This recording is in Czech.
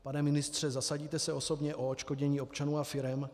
Pane ministře, zasadíte se osobně o odškodnění občanů a firem?